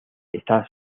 está